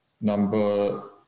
number